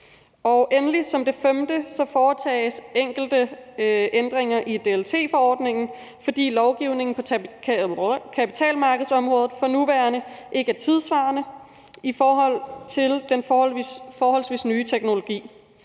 Endelig som det femte foretages enkelte ændringer i DLT-forordningen, fordi lovgivningen på kapitalmarkedsområdet for nuværende ikke er tidssvarende i forhold til den forholdsvis nye teknologi.